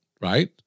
right